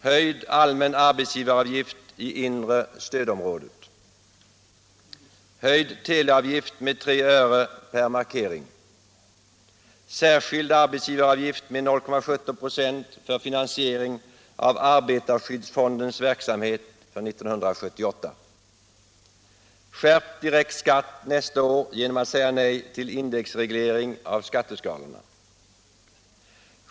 Höjd teleavgift med 3 öre per markering. Skärpt direkt skatt nästa år genom att säga nej till indexreglering av skatteskalorna.